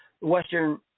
western